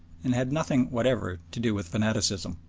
and had nothing whatever to do with fanaticism.